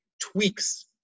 tweaks